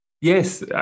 yes